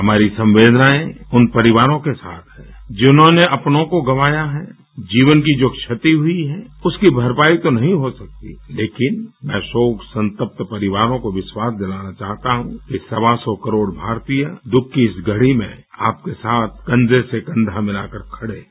हमारी संवेदनाएँ उन परिवारों के साथ हैं जिन्होंने अपनों को गँवाया है जीवन की जो क्षति हुई है उसकी भरपाई तो नहीं हो सकती लेकिन मैं शोक संतत्त परिवारों को विश्वास दिलाना चाहता हूँ कि सवा सौ करोड़ भारतीय दुःख की इस घड़ी में आपके साथ कन्ये से कन्या मिलाकर खड़े हैं